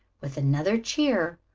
with another cheer,